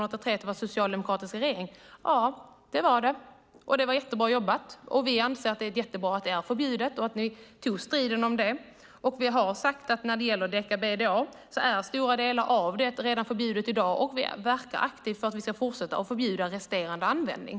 Ja, det var socialdemokratisk regering 1983 och 2004, och ni gjorde ett bra jobb. Det är bra att parakvat är förbjudet och att ni tog strid för det. När det gäller deka-BDE är mycket förbjudet redan i dag, och vi verkar aktivt för att fortsätta förbjuda resterande användning.